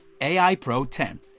AIPRO10